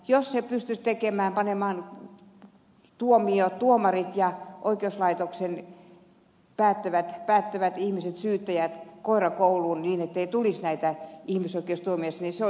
jos se pystyisi panemaan tuomarit ja oikeuslaitoksen päättävät ihmiset syyttäjät koirakouluun niin ettei tulisi näitä ihmisoikeustuomioita niin se olisi kyllä hyvä asia